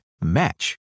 match